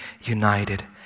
united